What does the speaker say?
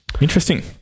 interesting